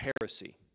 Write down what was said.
heresy